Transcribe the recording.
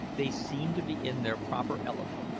they seemed to be in their proper element.